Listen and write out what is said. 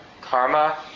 Karma